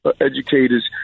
educators